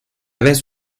vez